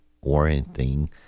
warranting